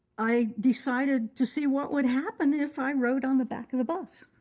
i decided to see what would happen if i rode on the back of the bus.